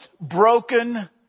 broken